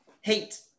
hate